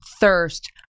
thirst